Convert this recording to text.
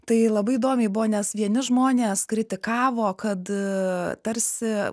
tai labai įdomiai buvo nes vieni žmonės kritikavo kad tarsi